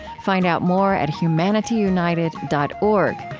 find out more at humanityunited dot org,